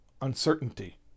uncertainty